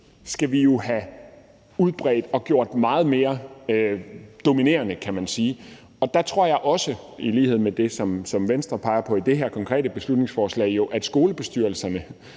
skal vi have udbredt og gjort meget mere dominerende, kan man sige. Der tror jeg også – i lighed med det, som Venstre peger på i det her konkrete beslutningsforslag – at skolebestyrelserne